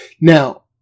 Now